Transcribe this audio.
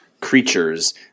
creatures